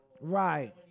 Right